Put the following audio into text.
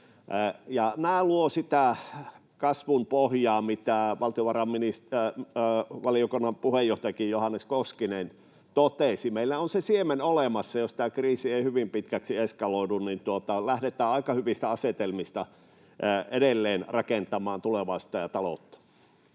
Nämä luovat sitä kasvun pohjaa, mitä valtiovarainvaliokunnan puheenjohtaja Johannes Koskinenkin totesi. Meillä on se siemen olemassa, ja jos tämä kriisi ei hyvin pitkäksi eskaloidu, niin lähdetään aika hyvistä asetelmista edelleen rakentamaan tulevaisuutta ja taloutta.